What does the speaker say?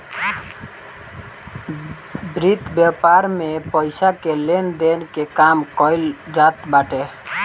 वित्त व्यापार में पईसा के लेन देन के काम कईल जात बाटे